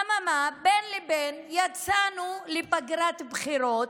אממה, בין לבין יצאנו לפגרת בחירות,